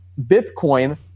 Bitcoin